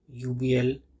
UBL